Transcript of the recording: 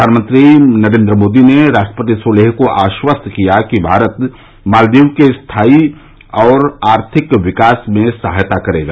प्रघानमंत्री नरेन्द्र मोदी ने राष्ट्रपति सोलेह को आश्वस्त किया कि भारत मालदीव के स्थायी सामाजिक और आर्थिक विकास में सहायता करेगा